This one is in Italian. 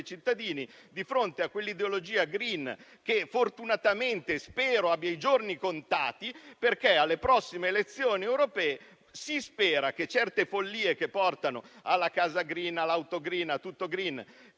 cittadini, di fronte all'ideologia *green* che fortunatamente spero abbia i giorni contati. Si spera che alle prossime elezioni europee si metta fine a certe follie che portano alla casa *green*, all'auto *green* e a tutto *green*,